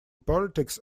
politics